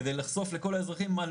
כדי לחשוף לכל האזרחים,